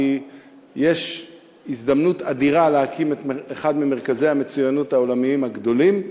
כי יש הזדמנות אדירה להקים את אחד ממרכזי המצוינות העולמיים הגדולים,